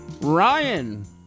Ryan